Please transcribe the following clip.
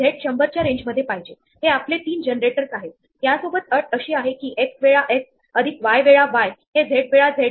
तेव्हा आपण आधीच हे मार्क केलेले स्क्वेअर अन्वेषण करत नाही याची कशी खात्री करू शकतो